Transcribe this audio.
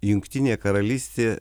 jungtinė karalystė